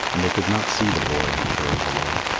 and they could not see the boy and the girl below.